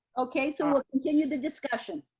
okay, so we'll continue the discussion.